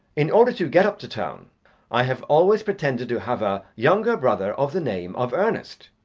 in order to get up to town i have always pretended to have a younger brother of the name of ernest,